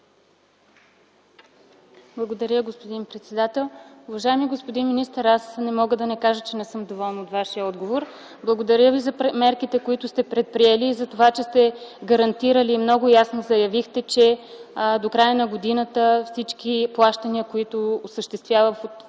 Благодаря, господин председател. Уважаеми господин министър, аз не мога да не кажа, че не съм доволна от Вашия отговор. Благодаря Ви за мерките, които сте предприели, и за това, че сте гарантирали и много ясно заявихте, че до края на годината всички плащания, които осъществява по отношение